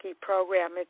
program